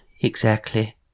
exactly